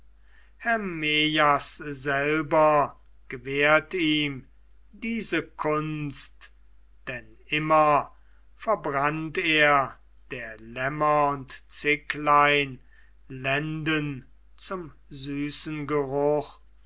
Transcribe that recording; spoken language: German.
selber gewährt ihm diese kunst denn ihm verbrannt er der lämmer und zicklein lenden zum süßen geruch